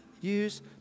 use